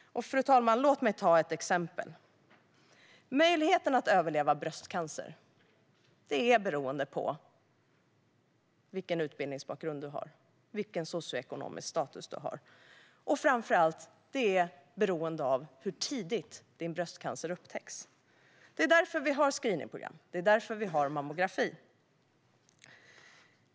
Fru talman! Låt mig ta ett exempel. Möjligheten att överleva bröstcancer är beroende på vilken utbildningsbakgrund du har, vilken socioekonomisk status du har och framför allt hur tidigt din bröstcancer upptäcks. Det är därför vi har screeningprogram och mammografi.